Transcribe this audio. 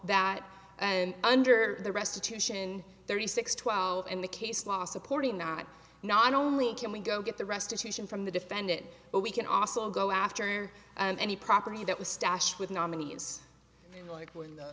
that and under the restitution thirty six twelve and the case law supporting not not only can we go get the restitution from the defendant but we can also go after any property that was stashed with nominees like when the